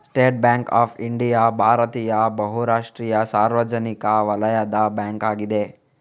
state Bank of India ಭಾರತೀಯ ಬಹು ರಾಷ್ಟ್ರೀಯ ಸಾರ್ವಜನಿಕ ವಲಯದ ಬ್ಯಾಂಕ್ ಅಗಿದೆ